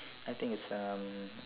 I think it's um